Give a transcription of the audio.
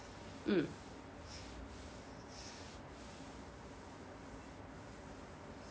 mm